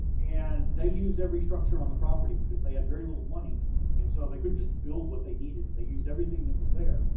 and they used every structure on the property, because they had very little money and so they couldn't just build what they needed, they used everything that was there,